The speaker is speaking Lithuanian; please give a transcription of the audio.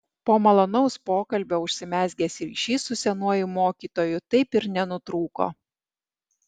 po malonaus pokalbio užsimezgęs ryšys su senuoju mokytoju taip ir nenutrūko